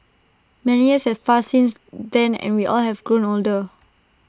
many years have passed since then and we all have grown older